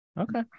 Okay